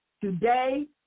today